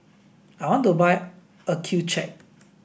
I want to buy Accucheck